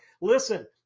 listen